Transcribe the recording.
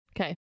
Okay